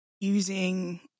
using